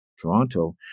Toronto